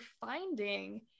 finding